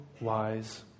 wise